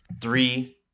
three